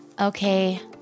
Okay